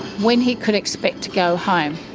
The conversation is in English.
when he could expect to go home.